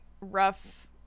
rough